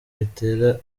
ritera